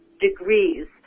degrees